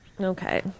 Okay